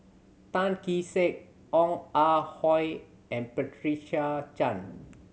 Tan Kee Sek Ong Ah Hoi and Patricia Chan